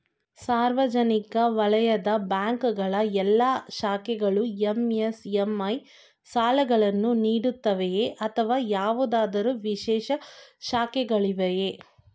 ಸಾರ್ವಜನಿಕ ವಲಯದ ಬ್ಯಾಂಕ್ ಗಳ ಎಲ್ಲಾ ಶಾಖೆಗಳು ಎಂ.ಎಸ್.ಎಂ.ಇ ಸಾಲಗಳನ್ನು ನೀಡುತ್ತವೆಯೇ ಅಥವಾ ಯಾವುದಾದರು ವಿಶೇಷ ಶಾಖೆಗಳಿವೆಯೇ?